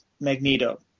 Magneto